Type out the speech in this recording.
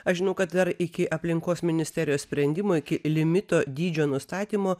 aš žinau kad dar iki aplinkos ministerijos sprendimo iki limito dydžio nustatymo